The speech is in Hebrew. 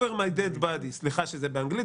Over my dead body סליחה שזה באנגלית,